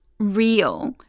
real